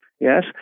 Yes